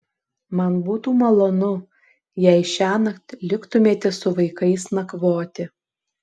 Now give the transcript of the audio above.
man būtų malonu jei šiąnakt liktumėte su vaikais nakvoti